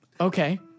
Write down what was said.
Okay